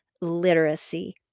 literacy